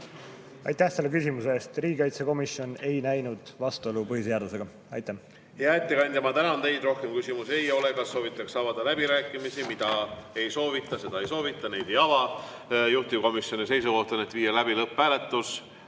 Aitäh selle küsimuse eest! Riigikaitsekomisjon ei näinud vastuolu põhiseadusega. Hea ettekandja, ma tänan teid. Rohkem küsimusi ei ole. Kas soovitakse avada läbirääkimisi? Mida ei soovita, seda ei soovita, neid ei ava. Juhtivkomisjoni seisukoht on, et tuleb viia läbi lõpphääletus.